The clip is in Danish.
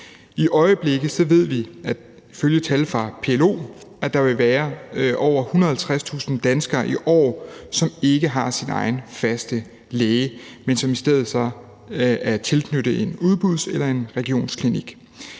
ifølge tal fra PLO i år vil være over 150.000 danskere, som ikke har deres egen faste læge, men som i stedet er tilknyttet en udbuds- eller regionsklinik.